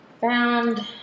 found